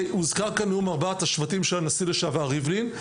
והוזכר כאן נאום ארבעת השבטים של הנשיא לשעבר ריבלין.